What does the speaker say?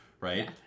right